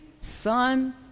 son